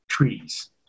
trees